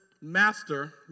Master